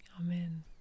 Amen